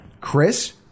Chris